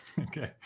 Okay